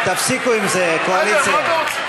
תפסיקו עם זה, קואליציה.